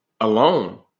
alone